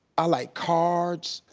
i like cards,